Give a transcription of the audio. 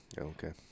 Okay